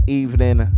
evening